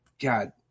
God